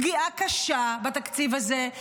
פגיעה קשה בתקציב הזה.